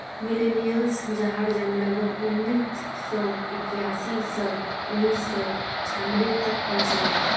millennials जहार जन्म लगभग उन्नीस सौ इक्यासी स उन्नीस सौ छानबे तक हल छे